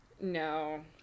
No